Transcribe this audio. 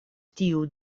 tiu